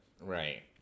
Right